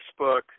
Facebook